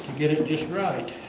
get it just right